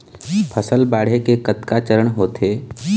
फसल बाढ़े के कतका चरण होथे?